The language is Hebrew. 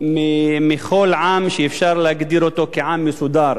מכל עם שאפשר להגדיר אותו עם מסודר,